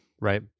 right